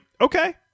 okay